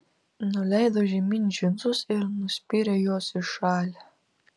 nuleido žemyn džinsus ir nuspyrė juos į šalį